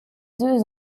deux